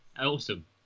Awesome